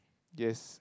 yes